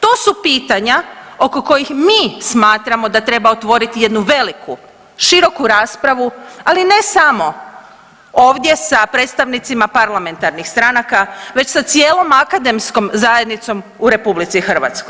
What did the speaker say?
To su pitanja oko kojih mi smatramo da treba otvoriti jednu veliku, široku raspravu, ali ne samo ovdje sa predstavnicima parlamentarnih stranaka već sa cijelom akademskom zajednicom u RH.